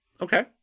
Okay